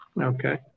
Okay